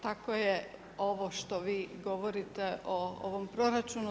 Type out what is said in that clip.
Tako je ovo što vi govorite o ovom proračunu.